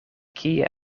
kie